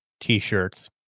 t-shirts